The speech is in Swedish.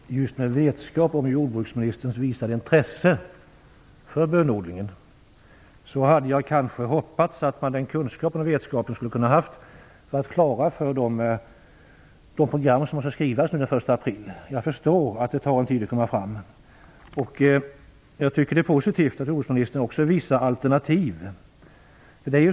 Fru talman! Just med vetskap om jordbruksministerns visade intresse för bönodlingen närde jag förhoppningar när det gäller de program som skall skrivas den 1 april. Jag förstår att det tar litet tid att komma fram till något. Jag tycker att det är positivt att jordbruksministern också anger vissa alternativ.